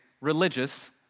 religious